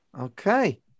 Okay